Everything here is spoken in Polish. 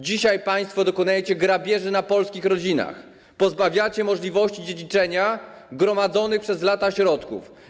Dzisiaj państwo dokonujecie grabieży na polskich rodzinach, pozbawiacie możliwości dziedziczenia gromadzonych przez lata środków.